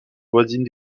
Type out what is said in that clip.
voisine